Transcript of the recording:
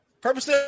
Purpose